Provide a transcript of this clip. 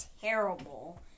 terrible